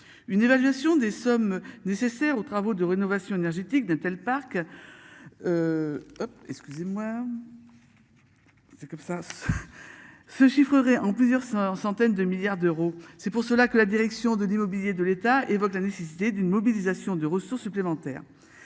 une évaluation des sommes nécessaires aux travaux de rénovation énergétique d'un tel parc. Excusez-moi. C'est comme ça. Se chiffrerait en plusieurs en centaines de milliards d'euros. C'est pour cela que la direction de l'immobilier de l'État évoque la nécessité d'une mobilisation de ressources supplémentaires.